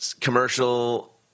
commercial